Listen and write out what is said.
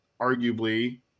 arguably